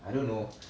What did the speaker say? I don't know